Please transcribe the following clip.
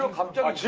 um hometown.